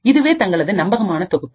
இதுவே தங்களது நம்பகமான தொகுப்பு